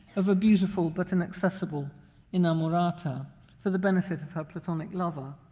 of a beautiful but inaccessible inamorata for the benefit of her platonic lover.